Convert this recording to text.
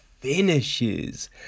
finishes